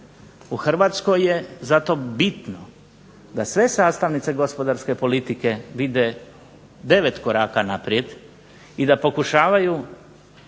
U Hrvatskoj je zato bitno da sve sastavnice gospodarske politike vide 9 koraka naprijed i da pokušavaju